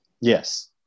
Yes